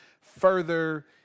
further